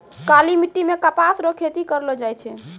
काली मिट्टी मे कपास रो खेती करलो जाय छै